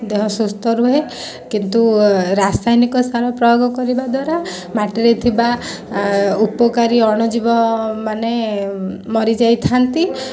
ଦେହ ସୁସ୍ଥ ରୁହେ କିନ୍ତୁ ରାସାୟନିକ ସାର ପ୍ରୟୋଗ କରିବା ଦ୍ଵାରା ମାଟିରେ ଥିବା ଉପକାରୀ ଅଣୁଜୀବ ମାନେ ମରିଯାଇଥାନ୍ତି